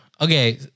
Okay